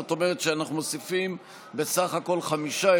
זאת אומרת שאנחנו מוסיפים בסך הכול חמישה.